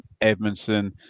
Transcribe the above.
Edmondson